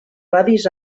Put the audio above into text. radis